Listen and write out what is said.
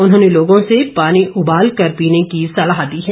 उन्होंने लोगों से पानी उबाल कर पीने की सलाह दी है